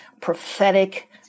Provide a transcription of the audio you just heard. prophetic